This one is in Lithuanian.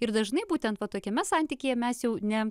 ir dažnai būtent vat tokiame santykyje mes jau ne